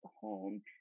home